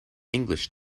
english